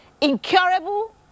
incurable